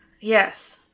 yes